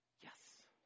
Yes